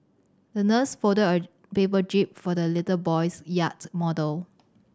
the nurse folded a paper jib for the little boy's yacht model